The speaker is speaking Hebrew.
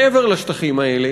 מעבר לשטחים האלה